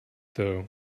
though